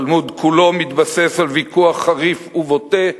התלמוד כולו מתבסס על ויכוח חריף ובוטה,